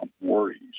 worries